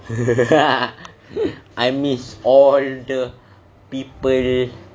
I miss all the people